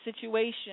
situation